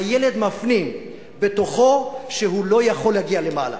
הילד מפנים בתוכו שהוא לא יכול להגיע למעלה.